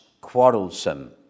quarrelsome